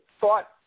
thought